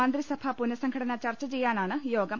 മന്ത്രിസഭാ പുനഃസം ഘടന ചർച്ച ചെയ്യാനാണ് യോഗം